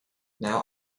now